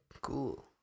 Cool